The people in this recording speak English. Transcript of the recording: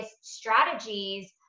strategies